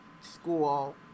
school